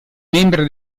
membri